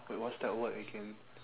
wait what's that word again